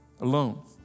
alone